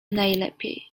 najlepiej